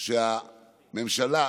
שהממשלה